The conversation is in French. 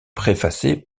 préfacé